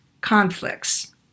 conflicts